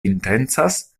intencas